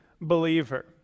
believer